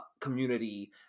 community